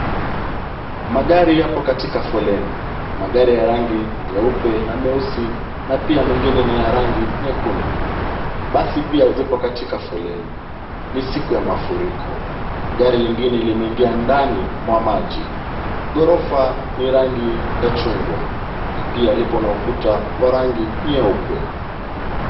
Magari yapo katika foleni , magari ya rangi nyeupe na, meusi na pia mengine nyekundu ,basi pia ziko katika foleni ,ni siku ya mafuriko ,gari lingine limeingia ndani mwa maji ,ghorofa ni rangi ya chungwa na lipo na ukuta wa rangi nyeupe.